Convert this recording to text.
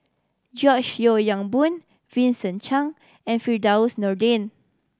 George Yeo Yong Boon Vincent Cheng and Firdaus Nordin